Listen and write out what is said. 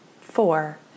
Four